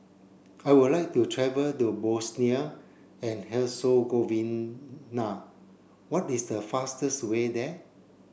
I would like to travel to Bosnia and Herzegovina what is the fastest way there